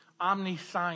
Omniscience